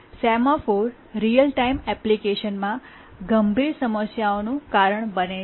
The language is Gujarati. સેમાફોર રીઅલ ટાઇમ એપ્લિકેશનમાં ગંભીર સમસ્યાઓનું કારણ બને છે